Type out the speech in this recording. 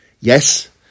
Yes